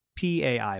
PAI